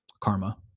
Karma